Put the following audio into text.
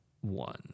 one